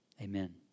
Amen